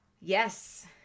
Yes